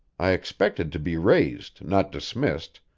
i expected to be raised, not dismissed,